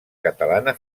catalana